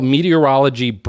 Meteorology